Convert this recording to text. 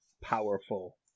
powerful